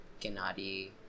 Gennady